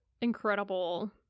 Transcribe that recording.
incredible